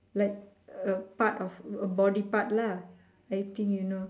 like a part of a body part lah I think you know